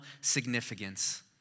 significance